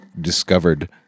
discovered